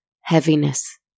heaviness